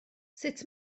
sut